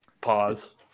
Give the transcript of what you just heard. Pause